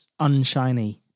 unshiny